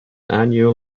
annual